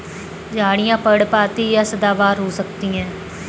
झाड़ियाँ पर्णपाती या सदाबहार हो सकती हैं